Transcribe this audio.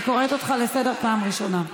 אני קוראת אותך לסדר פעם ראשונה.